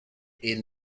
est